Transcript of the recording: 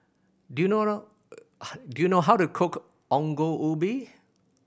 do you know do you know how to cook Ongol Ubi